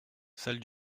celle